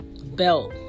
belt